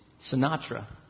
Sinatra